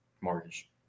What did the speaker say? mortgage